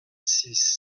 six